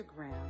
Instagram